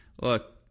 look